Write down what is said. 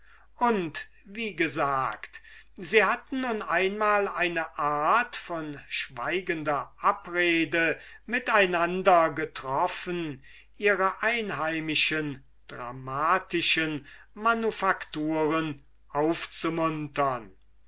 und wie gesagt sie hatten nun einmal eine art von schweigender abrede mit einander getroffen ihre einheimische dramatische manufacturen aufzumuntern